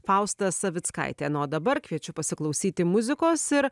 fausta savickaitė na o dabar kviečiu pasiklausyti muzikos ir